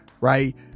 right